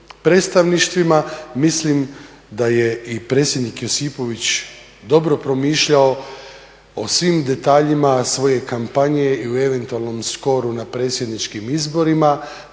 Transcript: predstavništvima, mislim da je i predsjednik Josipović dobro promišljao o svim detaljima svoje kampanje i o eventualnom skoru na predsjedničkim izborima